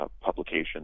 publication